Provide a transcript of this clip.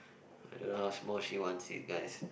I don't know how small she wants it guys